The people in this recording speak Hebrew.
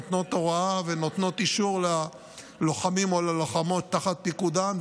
נותנות הוראה ונותנות אישור ללוחמים או ללוחמות תחת פיקודן,